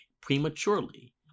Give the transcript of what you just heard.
prematurely